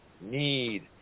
need